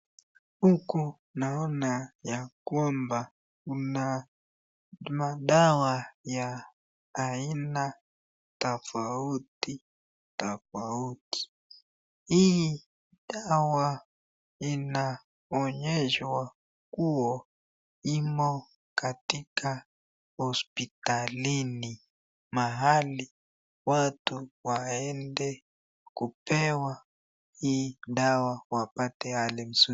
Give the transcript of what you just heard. Huku naona ya kwamba kuna madawa ya aina tofauti tofauti. Hii dawa inaonyeshwa kuwa imo katika hospitalini mahali watu waende kupewa hii dawa wapate hali nzuri.